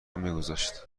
میگذاشت